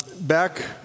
back